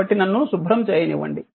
కాబట్టి నన్ను శుభ్రం చేయనివ్వండి